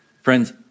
Friends